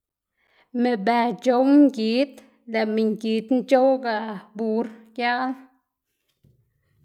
mëꞌbë c̲h̲ow ngid, lëꞌ minngidna c̲h̲owgaꞌ bur giaꞌl.